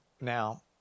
Now